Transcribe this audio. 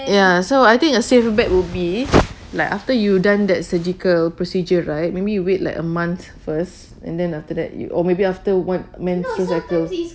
ya so I think a safe bet would be like after you done that surgical procedure right maybe you wait like a month first and then after that you or maybe after on~ menstrual cycle